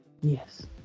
Yes